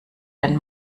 den